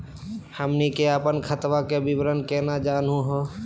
हमनी के अपन खतवा के विवरण केना जानहु हो?